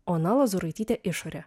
ona lozuraitytė išorė